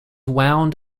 wound